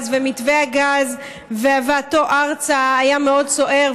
ומתווה הגז והבאתו ארצה היה מאוד סוער,